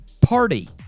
party